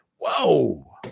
whoa